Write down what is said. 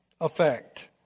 effect